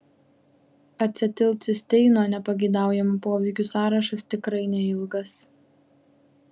acetilcisteino nepageidaujamų poveikių sąrašas tikrai neilgas